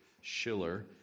Schiller